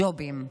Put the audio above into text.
ג'ובים.